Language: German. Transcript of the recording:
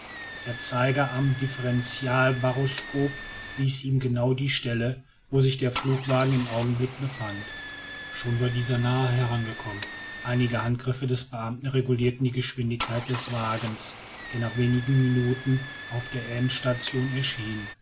der zeiger am differenzialbaroskop wies ihm genau die stelle wo sich der flugwagen im augenblick befand schon war dieser nahe herangekommen einige handgriffe des beamten regulierten die geschwindigkeit des wagens der nach wenigen minuten auf der endstation erschien